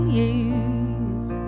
years